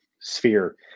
sphere